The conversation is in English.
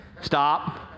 stop